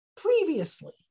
Previously